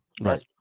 Right